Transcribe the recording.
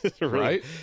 right